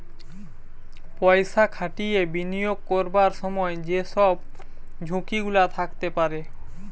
পয়সা খাটিয়ে বিনিয়োগ করবার সময় যে সব ঝুঁকি গুলা থাকতে পারে